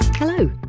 Hello